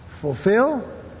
fulfill